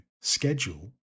schedule